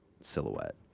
silhouette